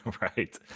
Right